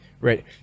Right